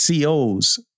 COs